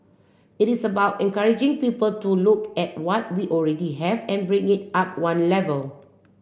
it is about encouraging people to look at what we already have and bring it up one level